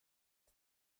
ist